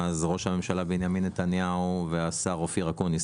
ראש הממשלה בנימין נתניהו ושר המדע אופיר אקוניס,